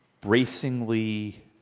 bracingly